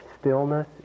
stillness